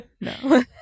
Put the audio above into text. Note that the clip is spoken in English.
No